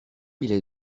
bile